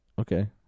Okay